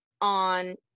on